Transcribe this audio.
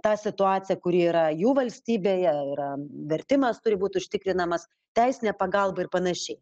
tą situaciją kuri yra jų valstybėje yra vertimas turi būt užtikrinamas teisinė pagalba ir panašiai